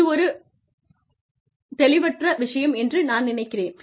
இது ஒரு தெளிவற்ற விஷயம் என்று நான் நினைக்கிறேன்